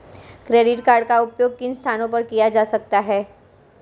Credit card का उपयोग किन स्थानों पर किया जा सकता है?